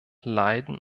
leiden